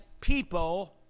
people